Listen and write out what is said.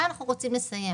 לה אנחנו רוצים לסייע.